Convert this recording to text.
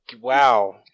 Wow